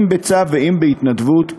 אם בצו ואם בהתנדבות,